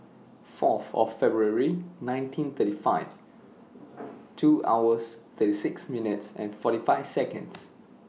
Fourth of February nineteen thirty five two hours thirty six minutes and forty five Seconds